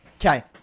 Okay